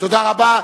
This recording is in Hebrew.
תודה רבה.